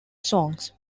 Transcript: songs